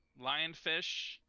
lionfish